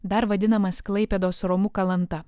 dar vadinamas klaipėdos romu kalanta